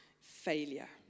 failure